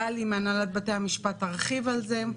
גלי מהנהלת בתי המשפט תרחיב על זה.